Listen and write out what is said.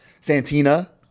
Santina